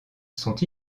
sont